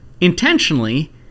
intentionally